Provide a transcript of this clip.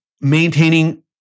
maintaining